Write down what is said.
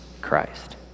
christ